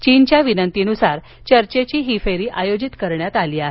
चीनच्या विनंतीनुसार चर्चेची ही फेरी आयोजित करण्यात आली आहे